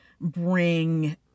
bring